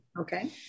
okay